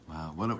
Wow